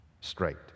straight